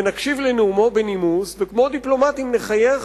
ונקשיב לנאומו בנימוס וכמו דיפלומטים נחייך